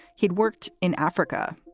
he'd worked in africa,